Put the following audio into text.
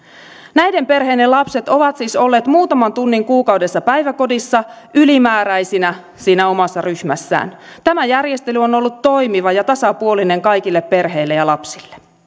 näiden perheiden lapset ovat siis olleet muutaman tunnin kuukaudessa päiväkodissa ylimääräisinä siinä omassa ryhmässään tämä järjestely on on ollut toimiva ja tasapuolinen kaikille perheille ja lapsille